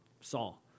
Saul